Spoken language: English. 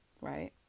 Right